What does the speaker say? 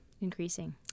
Increasing